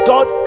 God